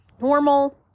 normal